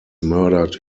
murdered